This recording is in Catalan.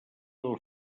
del